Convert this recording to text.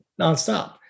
nonstop